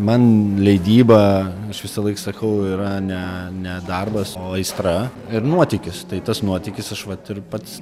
man leidyba aš visąlaik sakau yra ne ne darbas o aistra ir nuotykis tai tas nuotykis aš vat ir pats